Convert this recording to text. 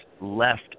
left